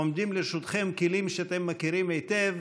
עומדים לרשותכם כלים שאתם מכירים היטב: